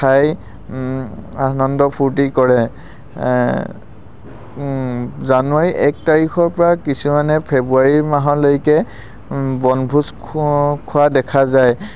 খাই আনন্দ ফূৰ্তি কৰে জানুৱাৰী এক তাৰিখৰ পৰা কিছুমানে ফেব্ৰুৱাৰী মাহলৈকে বনভোজ খোৱা দেখা যায়